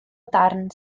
darn